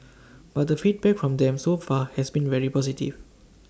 but the feedback from them so far has been very positive